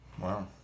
Wow